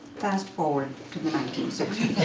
fast forward to the nineteen sixty